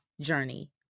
journey